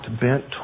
bent